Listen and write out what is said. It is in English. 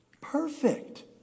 Perfect